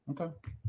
Okay